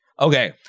Okay